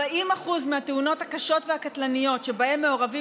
40% מהתאונות הקשות והקטלניות שבהן מעורבים